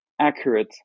accurate